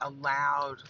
allowed